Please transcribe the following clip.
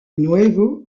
nuevo